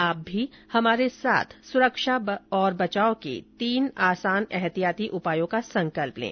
आप भी हमारे साथ सुरक्षा और बचाव के तीन आसान एहतियाती उपायों का संकल्प लें